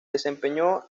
desempeñó